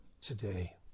today